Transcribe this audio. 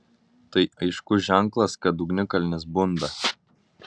tai aiškus ženklas kad ugnikalnis bunda